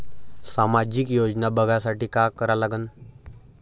सामाजिक योजना बघासाठी का करा लागन?